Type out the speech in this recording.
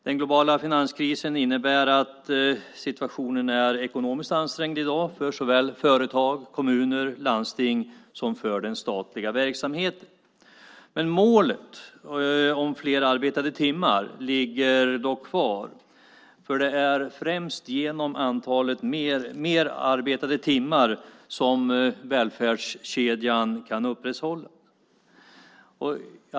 Den globala finanskrisen innebär att situationen ekonomiskt i dag är ansträngd såväl för företag som för kommuner, landsting och statlig verksamhet. Men målet om fler arbetade timmar ligger kvar. Det är ju främst genom fler arbetade timmar som välfärdskedjan kan upprätthållas.